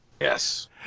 Yes